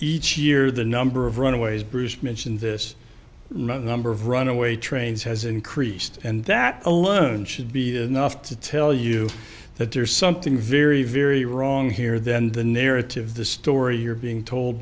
each year the number of runaways bruce mentioned this number of runaway trains has increased and that alone should be enough to tell you that there's something very very wrong here then the narrative the story you're being told